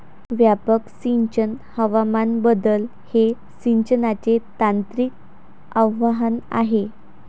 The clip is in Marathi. व्यापक सिंचन हवामान बदल हे सिंचनाचे तांत्रिक आव्हान आहे